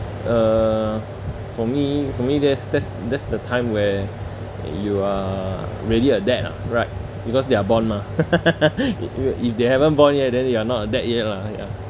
uh for me for me that's that's that's the time where you are already a dad ah right because they are born mah you i~ if they haven't born yet then you are not a dad yet lah ya